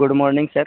good morning sir